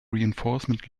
reinforcement